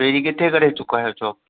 पहिरीं किथे करे चुका आहियो जॉब